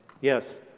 Yes